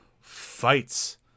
fights